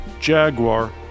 Jaguar